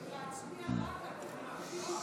ההסתייגות עצמה וכן לחלופין א',